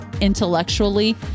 intellectually